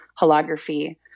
holography